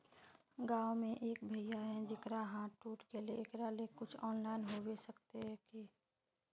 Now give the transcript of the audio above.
गाँव में एक भैया है जेकरा हाथ टूट गले एकरा ले कुछ ऑनलाइन होबे सकते है?